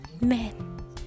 men